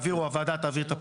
שהוועדה תעביר את הפניה,